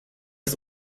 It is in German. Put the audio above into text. ist